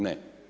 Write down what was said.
Ne.